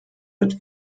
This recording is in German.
wird